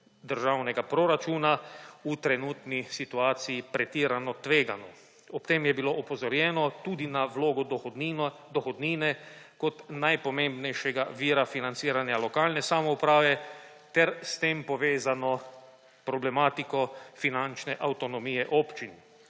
državnega proračuna v trenutni situaciji pretirano tvegano. Ob tem je bilo opozorjeno tudi na vlogo dohodnine kot najpomembnejšega vira financiranja lokalne samouprave ter s tem povezano problematiko finančne avtonomije občin.